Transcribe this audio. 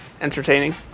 entertaining